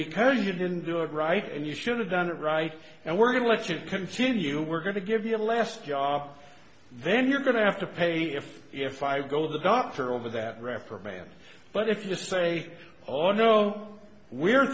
because you didn't do it right and you should've done it right and we're going to let it continue we're going to give you a last job then you're going to have to pay if if i go to the doctor over that reprimand but if you say oh no we